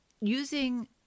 using